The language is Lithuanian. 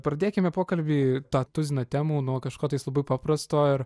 pradėkime pokalbį tą tuziną temų nuo kažko labai paprasto ir